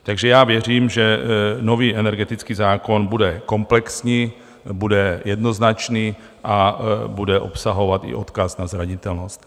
Takže já věřím, že nový energetický zákon bude komplexní, bude jednoznačný a bude obsahovat i odkaz na zranitelnost.